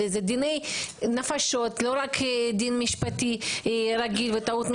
זה דיני נפשות ולא רק טעות משפטית רגילה,